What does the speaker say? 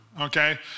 okay